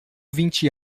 vinte